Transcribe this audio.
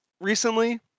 recently